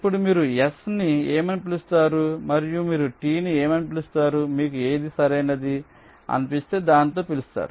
ఇప్పుడు మీరు S ని ఏమని పిలుస్తారు మరియు మీరు T ని ఏమని పిలుస్తారు మీకు ఏది సరైనది అనిపిస్తే దానితో పిలుస్తారు